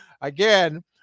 again